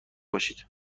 باشید